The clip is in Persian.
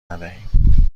ندهیم